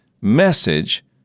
message